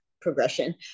progression